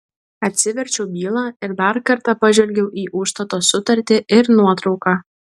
atsiverčiau bylą ir dar kartą pažvelgiau į užstato sutartį ir nuotrauką